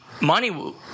money